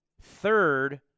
third